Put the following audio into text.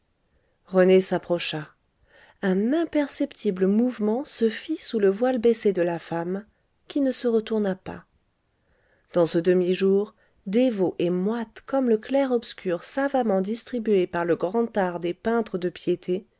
rené s'approcha un imperceptible mouvement se fit sous le voile baissé de la femme qui ne se retourna pas dans ce demi-jour dévot et moite comme le clair obscur savamment distribué par le grand art des peintres de piété